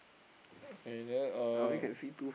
okay then uh